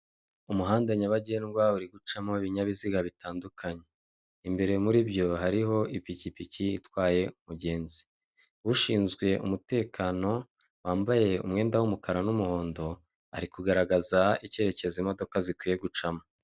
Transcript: Umuhanda nyabagendwa uri gucamo ibinyabiziga bitandukanye. Imbere muri byo hariho ipikipiki itwaye umugenzi. Ushinzwe umutekano wambaye umwenda w'umukara n'umuhondo, ari kugaragaza icyerekezo imodoka zikwiye gucamo.